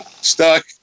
stuck